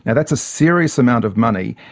and that's a serious amount of money,